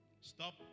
Stop